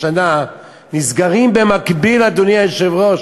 בשנה נסגרים במקביל, אדוני היושב-ראש,